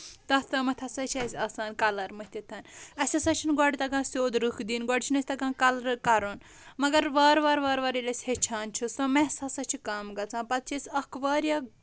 تَتھ تامَتھ ہسا چھُ اَسہِ آسان کَلر مٔتھِتھ اَسہِ ہسا چھُ نہٕ گۄڈٕ تَگان سیوٚد رٔکھ دِینۍ گۄڈٕ چھُ نہٕ اَسہِ تَگان کَلر کرُن مَگر وارٕ وارٕ وارٕ وارٕ ییٚلہِ أسۍ ہٮ۪چھان چھ سۄ میٚس ہسا چھُ کَم گژھان پَتہٕ چھِ أسۍ اکھ واریاہ